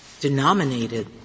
denominated